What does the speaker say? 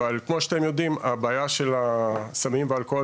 כמו שאתם יודעים הבעיה של הסמים והאלכוהול